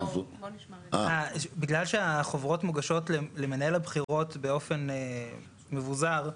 בגלל שהחוברות מוגשות למנהל הבחירות באופן מבוזר,